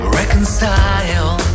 reconcile